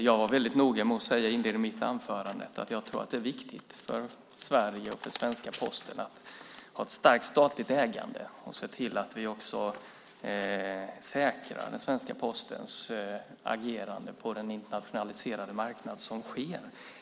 Jag var väldigt noga med att säga i inledningen av mitt anförande att jag tror att det är viktigt för Sverige och svenska Posten att ha ett starkt statligt ägande och att se till att vi också säkrar den svenska Postens agerande på den internationaliserade marknad som växer fram.